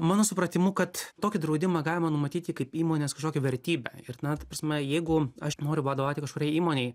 mano supratimu kad tokį draudimą galima numatyti kaip įmonės kažkokią vertybę ir na ta prasme jeigu aš noriu vadovauti kažkuriai įmonei